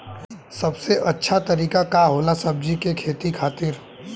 सबसे अच्छा तरीका का होला सब्जी के खेती खातिर?